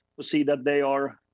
to see that they are,